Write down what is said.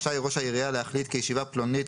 רשאי ראש העירייה להחליט כי ישיבה פלונית